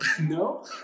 no